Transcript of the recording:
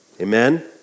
Amen